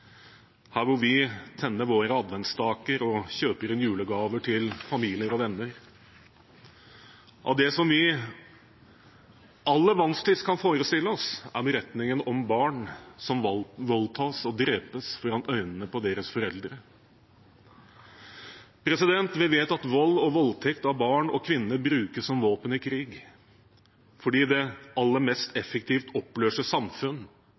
her hvor vi tenner våre adventsstaker og kjøper inn julegaver til familie og venner. Av det som vi aller vanskeligst kan forestille oss, er beretningene om barn som voldtas og drepes foran øynene på sine foreldre. Vi vet at vold og voldtekt av barn og kvinner brukes som våpen i krig, fordi det aller mest effektivt oppløser samfunn